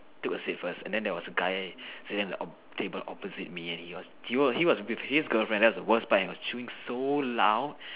took a seat first and then there was a guy sitting at a table opposite me and he was he was with his girlfriend that was the worst part and he was chewing so loud